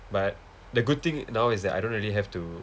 but the good thing now is that I don't really have to